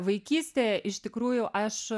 vaikystėje iš tikrųjų aš